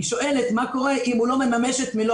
היא שואלת מה קורה אם הוא לא מממש את מלוא